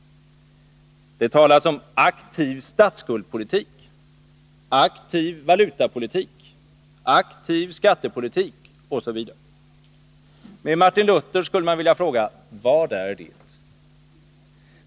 Det talas om aktiv statsskuldspolitik, aktiv valutapolitik, aktiv skattepolitik osv. Med Martin Luther skulle man vilja fråga: Vad är det?